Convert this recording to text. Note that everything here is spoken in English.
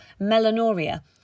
Melanoria